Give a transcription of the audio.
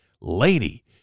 lady